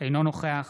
אינו נוכח